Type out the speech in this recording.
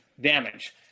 damage